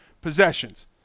possessions